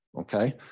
okay